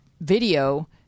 video